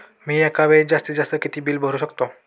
मी एका वेळेस जास्तीत जास्त किती बिल भरू शकतो?